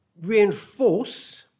reinforce